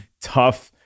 tough